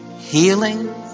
Healing